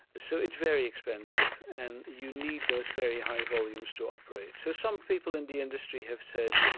so it's very expensive. and you need those very high volumes to operate. so some people in the industry have said,